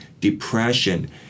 depression